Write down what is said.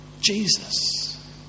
Jesus